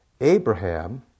Abraham